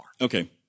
Okay